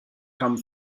come